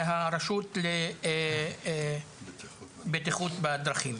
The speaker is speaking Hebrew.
והרשות לבטיחות בדרכים,